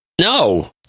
No